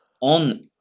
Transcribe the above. on